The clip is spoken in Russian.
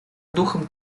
духом